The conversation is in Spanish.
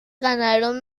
ganaron